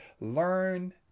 learn